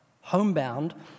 homebound